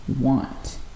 want